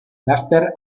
laster